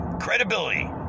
credibility